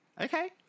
Okay